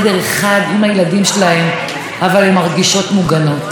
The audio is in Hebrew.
כאן אני קוראת לכם: אין זאת עת לדיבורים.